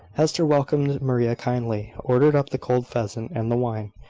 hester welcomed maria kindly, ordered up the cold pheasant and the wine,